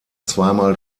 zweimal